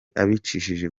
abicishije